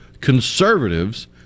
conservatives